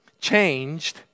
changed